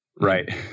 Right